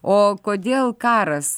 o kodėl karas